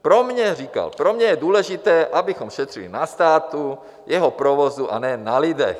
Pro mě říkal pro mě je důležité, abychom šetřili na státu, jeho provozu, a ne na lidech.